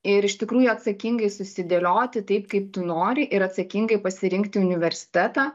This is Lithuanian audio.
ir iš tikrųjų atsakingai susidėlioti taip kaip tu nori ir atsakingai pasirinkti universitetą